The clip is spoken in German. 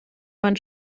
man